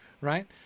right